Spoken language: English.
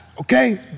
Okay